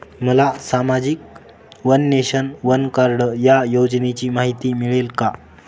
मला सामाजिक one nation, one card या योजनेची माहिती मिळेल का?